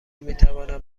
میتوانم